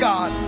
God